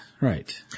right